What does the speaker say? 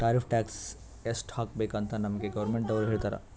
tariff tax ಎಸ್ಟ್ ಹಾಕಬೇಕ್ ಅಂತ್ ನಮ್ಗ್ ಗೌರ್ಮೆಂಟದವ್ರು ಹೇಳ್ತರ್